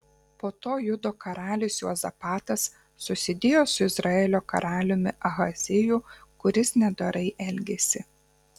po to judo karalius juozapatas susidėjo su izraelio karaliumi ahaziju kuris nedorai elgėsi